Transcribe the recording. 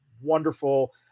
wonderful